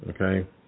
okay